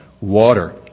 water